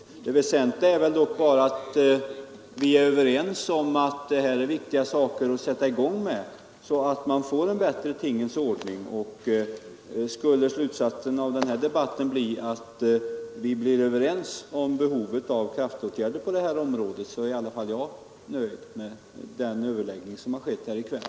Men det väsentliga är att vi blir överens om att detta är viktiga saker att sätta i gång, så att vi får en bättre tingens ordning. Blir slutresultatet av denna debatt att vi är överens om kraftåtgärder på detta område, så är i varje fall jag nöjd med överläggningen här i kväll.